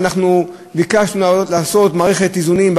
ואנחנו ביקשנו לעשות מערכת איזונים,